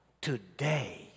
today